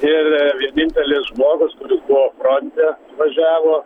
ir vienintelis žmogus kuris buvo fronte važiavo